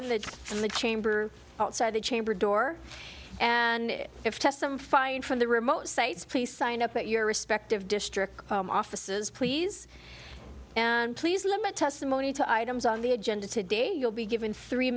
floor the in the chamber outside the chamber door and if test some find from the remote sites please sign up at your respective district offices please and please limit testimony to items on the agenda today you'll be given three